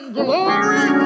glory